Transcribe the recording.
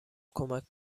کمک